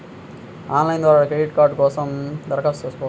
Online ద్వారా credit card కోసం దరఖాస్తు చేయవచ్చా?